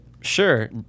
Sure